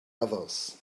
others